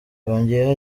yongeyeho